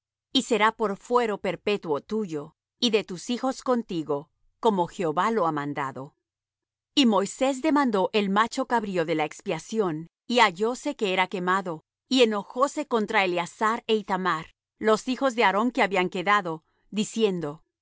y será por fuero perpetuo tuyo y de tus hijos contigo como jehová lo ha mandado y moisés demandó el macho cabrío de la expiación y hallóse que era quemado y enojóse contra eleazar é ithamar los hijos de aarón que habían quedado diciendo por